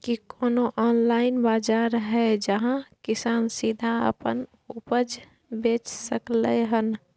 की कोनो ऑनलाइन बाजार हय जहां किसान सीधा अपन उपज बेच सकलय हन?